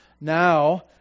Now